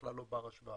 בכלל לא בר השוואה,